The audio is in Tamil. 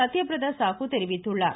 சத்யபிரதா சாகு தெரிவித்துள்ளார்